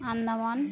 Andaman